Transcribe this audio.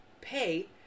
pay